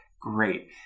great